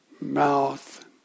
mouth